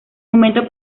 monumento